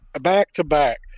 back-to-back